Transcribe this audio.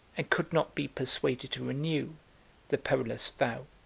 and could not be persuaded to renew, the perilous vow